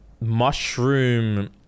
mushroom